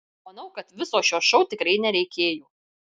manau kad viso šio šou tikrai nereikėjo